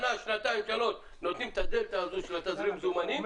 שנה-שנתיים-שלוש נותנים את הדלתא הזו של תזרים המזומנים.